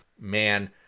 Man